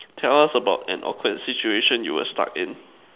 tell us about an awkward situation you were stuck in